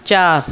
चांहि